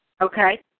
Okay